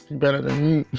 he better than me